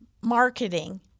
marketing